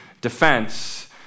defense